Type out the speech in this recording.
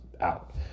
out